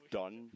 done